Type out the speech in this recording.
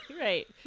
Right